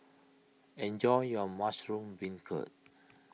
enjoy your Mushroom Beancurd